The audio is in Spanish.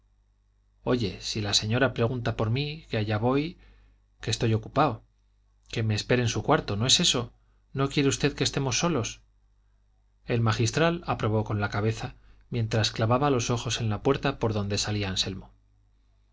oye si la señora pregunta por mí que allá voy que estoy ocupado que me espere en su cuarto no es eso no quiere usted que estemos solos el magistral aprobó con la cabeza mientras clavaba los ojos en la puerta por donde salía anselmo